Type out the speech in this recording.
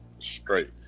Straight